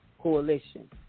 Coalition